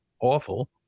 awful